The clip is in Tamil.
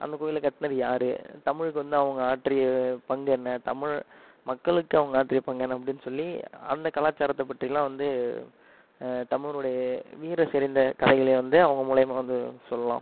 அந்தக் கோயிலை கட்டினது யார் தமிழுக்கு வந்து அவங்க ஆற்றிய பங்கு என்ன தமிழ் மக்களுக்கு அவங்க ஆற்றிய பங்கு என்ன அப்படினு சொல்லி அந்தக் கலாச்சாரத்தைப் பற்றிலாம் வந்து தமிழரோடைய வீரம் செறிந்த கதைகளை வந்து அவங்க மூலிமா வந்து சொல்லலாம்